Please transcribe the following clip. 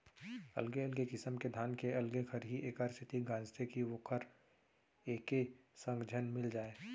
अलगे अलगे किसम के धान के अलगे खरही एकर सेती गांजथें कि वोहर एके संग झन मिल जाय